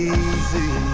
easy